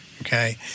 Okay